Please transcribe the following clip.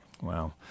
Wow